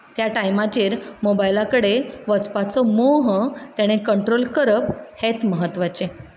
त्या टायमाचेर मोबायला कडेन वचपाचो मोह ताणें कंट्रोल करप हेंच म्हत्वाचें